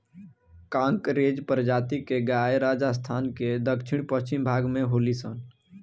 कांकरेज प्रजाति के गाय राजस्थान के दक्षिण पश्चिम भाग में होली सन